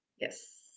Yes